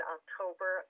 October